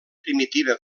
primitiva